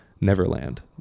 Neverland